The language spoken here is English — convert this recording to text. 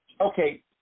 Okay